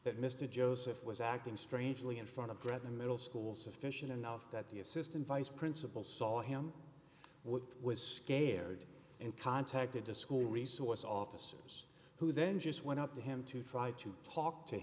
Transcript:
that mr joseph was acting strangely in front of gretna middle school sufficient enough that the assistant vice principal saw him what was scared and contacted to school resource officers who then just went up to him to try to talk to